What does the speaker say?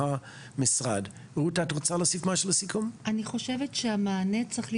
זאת על מנת שנוכל לעמוד על זה ואולי לקבל